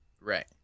Right